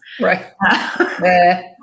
Right